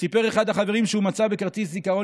סיפר אחד החברים שהוא מצא בכרטיס זיכרון